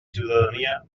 ciutadania